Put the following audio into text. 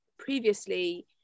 previously